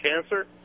cancer